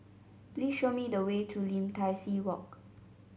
please show me the way to Lim Tai See Walk